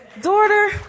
daughter